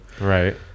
Right